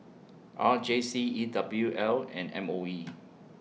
R J C E W L and M O E